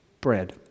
bread